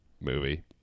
movie